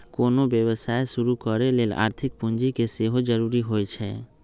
कोनो व्यवसाय शुरू करे लेल आर्थिक पूजी के सेहो जरूरी होइ छै